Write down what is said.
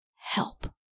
Help